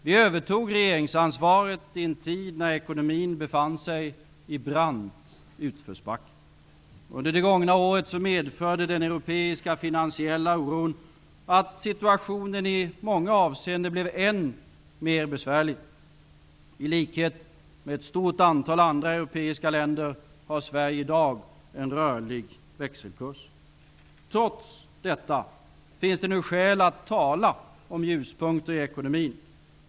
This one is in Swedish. Vi övertog regeringsansvaret i en tid när ekonomin befann sig i en brant utförsbacke. Under det gångna året medförde den europeiska finansiella oron att situationen i många avseenden blev än mer besvärlig. I likhet med ett stort antal andra europeiska länder har Sverige i dag en rörlig växelkurs. Trots detta finns det nu skäl att tala om ljuspunkter i ekonomin.